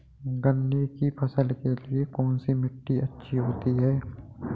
गन्ने की फसल के लिए कौनसी मिट्टी अच्छी होती है?